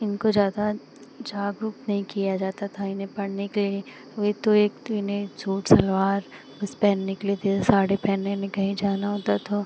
इनको ज़्यादा जागरूक नहीं किया जाता था इन्हें पढ़ने के लिए वही तो एक इन्हें सूट सलवार कुछ पहनने के लिए साड़ी पहनने में कहीं जाना होता तो